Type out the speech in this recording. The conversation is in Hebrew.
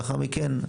ולאחר מכן,